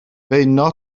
beuno